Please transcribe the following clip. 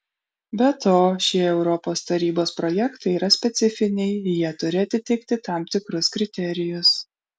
be to šie europos tarybos projektai yra specifiniai jie turi atitikti tam tikrus kriterijus